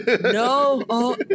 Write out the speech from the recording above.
No